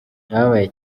ndababaye